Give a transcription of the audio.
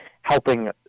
helping